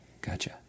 Gotcha